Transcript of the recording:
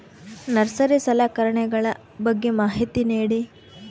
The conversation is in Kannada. ನರ್ಸರಿ ಸಲಕರಣೆಗಳ ಬಗ್ಗೆ ಮಾಹಿತಿ ನೇಡಿ?